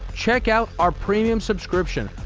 check out our premium subscription,